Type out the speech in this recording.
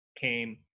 came